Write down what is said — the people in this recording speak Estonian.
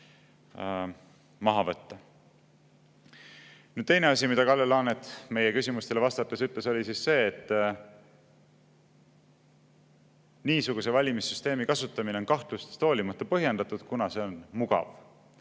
teine asi, mida Kalle Laanet meie küsimustele vastates ütles, oli see, et niisuguse valimissüsteemi kasutamine on kahtlustest hoolimata põhjendatud, kuna see on mugav.